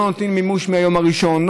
לא נותנים מימוש מהיום הראשון,